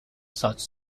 such